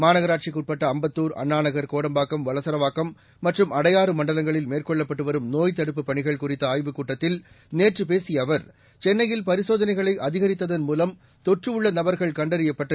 மாநகராட்சிக்கு உட்பட்ட அம்பத்தூர் அண்ணாநகர் கோடம்பாக்கம் வளசரவாக்கம் மற்றும் அடையாறு மண்டலங்களில் மேற்கொள்ளப்பட்டு வரும் நோய்த் தடுப்புப் பணிகள் குறித்த ஆய்வுக் கூட்டத்தில் நேற்று பேசிய அவர் சென்னையில் பரிசோதனைகளை அதிகரித்ததன் மூலம் தொற்று உள்ள நபர்கள் கண்டறியப்பட்டு